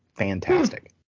Fantastic